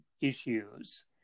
issues